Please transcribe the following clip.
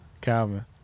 Calvin